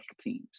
teams